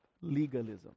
legalism